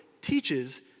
teaches